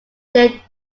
they